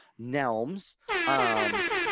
nelms